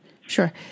Sure